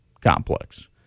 complex